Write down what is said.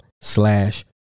slash